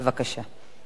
בבקשה.